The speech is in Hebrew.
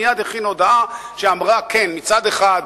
מייד הכין הודעה שאמרה מצד אחד,